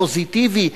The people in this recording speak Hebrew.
פוזיטיבי,